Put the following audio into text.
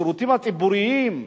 השירותים הציבוריים,